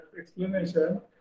explanation